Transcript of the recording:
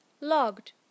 Logged